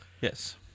Yes